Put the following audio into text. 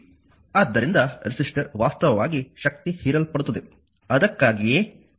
ಆದ್ದರಿಂದ ರೆಸಿಸ್ಟರ್ ವಾಸ್ತವವಾಗಿ ಶಕ್ತಿ ಹೀರಲ್ಪಡುತ್ತದೆ ಅದಕ್ಕಾಗಿಯೇ ಈ ರೀತಿ ಪ್ರತಿನಿಧಿಸುತ್ತದೆ ಸರಿ